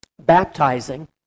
baptizing